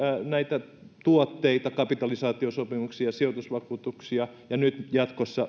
näitä tuotteita kapitalisaatiosopimuksia sijoitusvakuutuksia ja nyt jatkossa